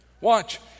Watch